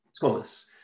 Thomas